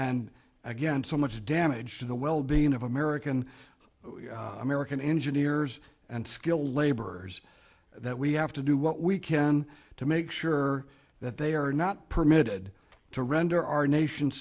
and again so much damage to the well being of american american engineers and skilled laborers that we have to what we can to make sure that they are not permitted to render our nation